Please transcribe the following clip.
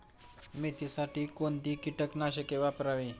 मेथीसाठी कोणती कीटकनाशके वापरावी?